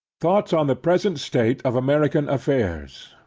thoughts on the present state of american affairs